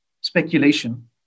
speculation